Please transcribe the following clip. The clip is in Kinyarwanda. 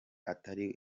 atari